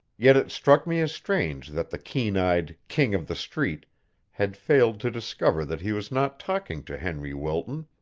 yet it struck me as strange that the keen-eyed king of the street had failed to discover that he was not talking to henry wilton,